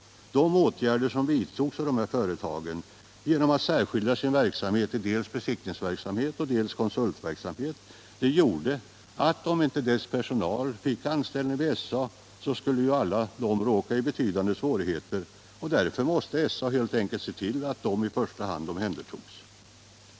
De åtgärder som vidtogs av dessa företag genom att de delade upp sin verksamhet i dels besiktningsverksamhet, dels konsultverksamhet, gjorde att om inte hela deras personal fick anställning vid SA skulle alla råka i betydande svårigheter. Därför måste SA helt enkelt se till att i första hand dessa personer omhändertogs.